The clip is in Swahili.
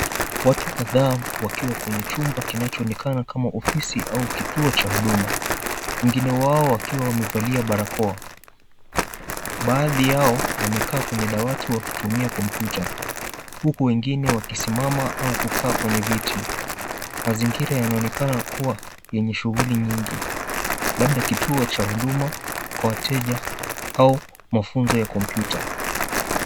Watu kadhaa wakiwa kwenye chumba kinachoonekana kama ofisi au kituo cha huduma. Wengine wao wakiwa wamevalia barakoa, baadhi yao wamekaa kwenye dawati wakitumia kompyuta. Huku wengine wakisimama au kukaa kwenye viti. Mazingira yanaonekana kuwa yenye shughuli nyingi, labda kituo cha huduma kwa wateja au mafunzo ya kompyuta.